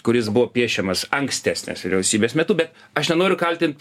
kuris buvo piešiamas ankstesnės vyriausybės metu bet aš nenoriu kaltint